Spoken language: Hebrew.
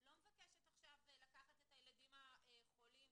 לא מבקשת עכשיו לקחת את הילדים החולים,